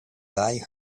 they